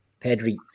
Pedri